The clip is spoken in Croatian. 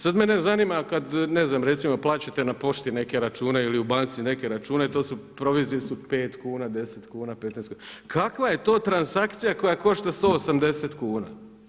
Sad mene zanima kad ne znam recimo plaćate na pošti neke račune ili u banci neke račune, provizije su 5 kuna, 10 kuna, 15 kuna, kakva je to transakcija koja košta 180 kuna?